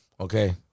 Okay